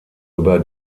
über